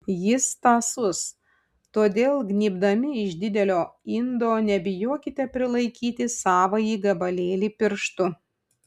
jis tąsus todėl gnybdami iš didelio indo nebijokite prilaikyti savąjį gabalėlį pirštu